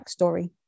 backstory